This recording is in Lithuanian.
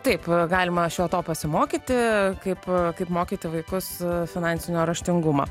taip galima šio to pasimokyti kaip kaip mokyti vaikus finansinio raštingumo